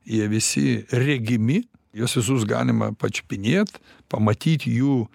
jie visi regimi juos visus galima pačiupinėt pamatyt jų